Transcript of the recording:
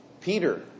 Peter